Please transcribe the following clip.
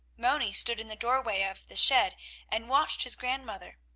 moni stood in the doorway of the shed and watched his grandmother.